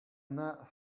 not